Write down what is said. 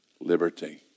liberty